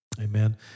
Amen